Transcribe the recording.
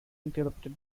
interrupted